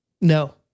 No